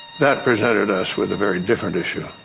that presented us with a very different issue